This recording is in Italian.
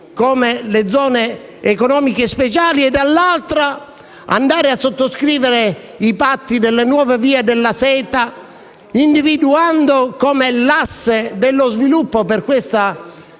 come le zone economiche speciali e, dall'altro, a sottoscrivere i patti delle nuove vie della seta, individuando l'asse dello sviluppo per questa